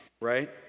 right